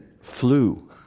flu